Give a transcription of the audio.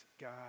God